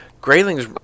Grayling's